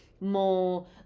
more